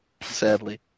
sadly